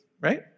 right